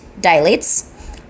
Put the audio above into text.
dilates